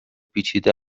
پیچیده